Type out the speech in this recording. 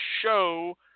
show